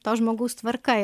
to žmogaus tvarka